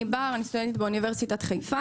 אני בר, אני סטודנטית באוניברסיטת חיפה.